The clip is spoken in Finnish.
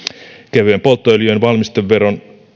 kevyen polttoöljyn valmisteveron